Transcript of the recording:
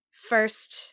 first